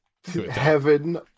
Heaven